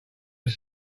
was